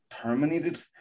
terminated